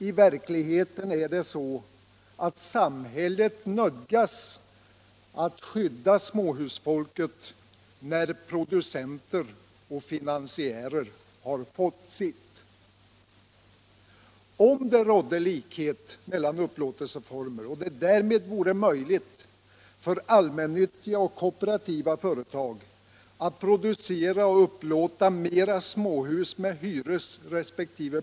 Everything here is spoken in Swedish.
I verkligheten är det så att samhället nödgas skydda småhusfolket, när producenter och finansiärer har fått sitt. Om det rådde likhet mellan upplåtelseformer och det därmed vore möjligt för allmännyttiga och kooperativa företag att producera och upplåta mera småhus med hyresresp.